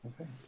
Okay